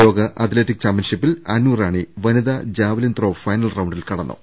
ലോക അത്ലറ്റിക് ചാമ്പ്യൻഷിപ്പിൽ അന്നുറാണി വനിതാ ജാവലിൻ ത്രോ ഫൈനൽ റൌണ്ടിൽ കടന്നു